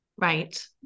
Right